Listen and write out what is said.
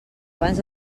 abans